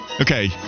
Okay